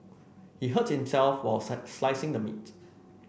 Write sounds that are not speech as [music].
he hurt himself while [unintelligible] slicing the meat